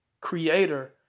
creator